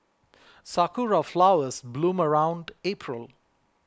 sakura flowers bloom around April